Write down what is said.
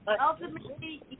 Ultimately